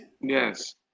Yes